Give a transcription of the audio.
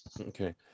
okay